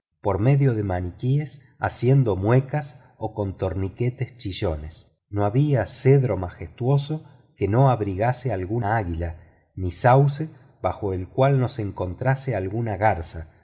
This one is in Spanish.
por medio de maniquíes haciendo muecas o con torniquetes chillones no había cedro majestuoso que no abrigase alguna águila ni sauce bajo el cual no se encontrase alguna garza